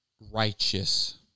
righteous